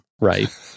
right